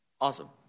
Awesome